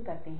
दरशते है